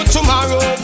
Tomorrow